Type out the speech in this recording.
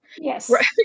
Yes